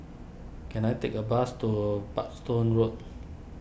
can I take a bus to Parkstone Road